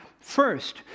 first